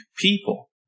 people